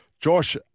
Josh